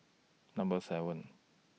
Number seven